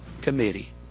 Committee